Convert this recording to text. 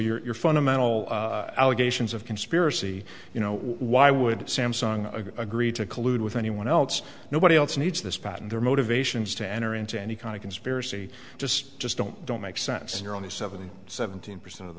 so your fundamental allegations of conspiracy you know why would samsung agree to collude with anyone else nobody else needs this patent their motivations to enter into any kind of conspiracy just just don't don't make sense and are only seven seventeen percent of the